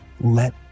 Let